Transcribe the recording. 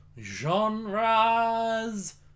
Genres